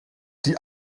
die